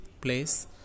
place